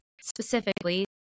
specifically